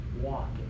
walking